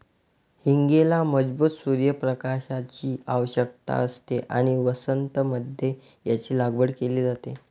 हींगेला मजबूत सूर्य प्रकाशाची आवश्यकता असते आणि वसंत मध्ये याची लागवड केली जाते